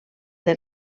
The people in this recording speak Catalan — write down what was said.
del